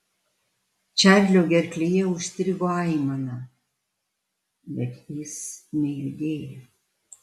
čarlio gerklėje užstrigo aimana bet jis nejudėjo